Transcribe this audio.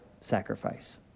sacrifice